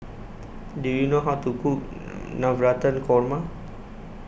Do YOU know How to Cook Navratan Korma